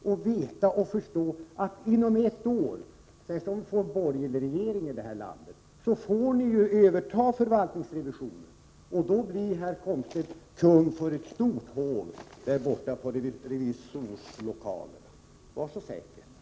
Och då borde ni förstå att inom ett år — särskilt om vi får en borgerlig regering här i landet — får ni överta förvaltningsrevisionen, och då blir herr Komstedt kung för ett stort hov, där borta i revisorslokalerna. Var så säker på det!